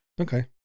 Okay